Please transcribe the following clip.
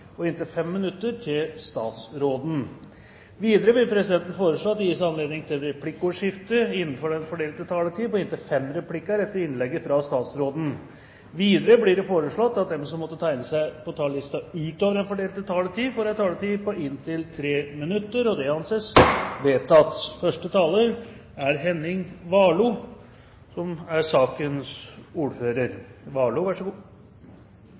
og inntil 5 minutter til statsråden. Videre vil presidenten foreslå at det gis anledning til replikkordskifte på inntil fem replikker etter innlegget fra statsråden innenfor den fordelte taletid. Videre blir det foreslått at de som måtte tegne seg på talerlisten utover den fordelte taletid, får en taletid på inntil 3 minutter. – Det anses vedtatt. Denne saken dreier seg om det som kalles akademisk frihet. Akademisk frihet er